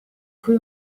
cui